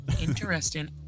Interesting